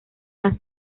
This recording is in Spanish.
las